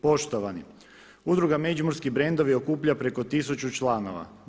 Poštovani, Udruga Međimurski brendovi okuplja preko tisuću članova.